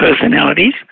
personalities